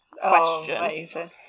question